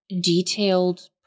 detailed